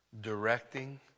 directing